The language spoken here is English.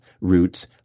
roots